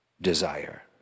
desire